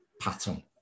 pattern